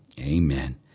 amen